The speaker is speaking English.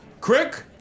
Crick